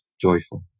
joyful